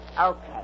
Okay